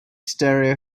stereo